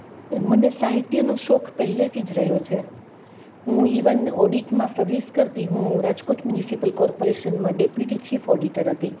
એ મને સાહિત્યનો શોખ પહેલેથી જ રહ્યો છે હું ઇવન ઓડિટમાં સર્વિસ કરતી હું રાજકોટ મ્યુનસીપલ કોર્પોરેશનમાં ડેપ્યુટી ચીફ ઓડિટર હતી